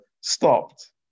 stopped